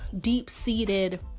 deep-seated